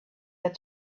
had